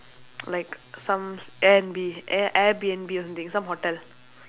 like some s~ air and B air Airbnb or something some hotel